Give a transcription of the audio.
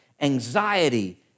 anxiety